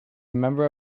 member